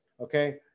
okay